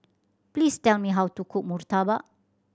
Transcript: please tell me how to cook murtabak